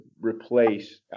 replace